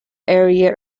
area